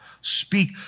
Speak